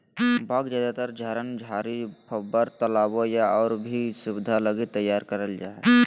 बाग ज्यादातर झरन, झाड़ी, फव्वार, तालाबो या और भी सुविधा लगी तैयार करल जा हइ